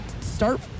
start